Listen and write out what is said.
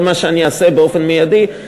זה מה שאני אעשה באופן מיידי,